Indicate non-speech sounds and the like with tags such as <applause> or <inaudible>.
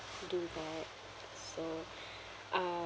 do that so <breath> um